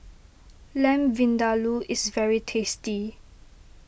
Lamb Vindaloo is very tasty